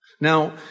Now